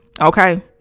Okay